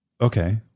Okay